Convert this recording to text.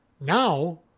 Now